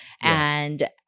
And-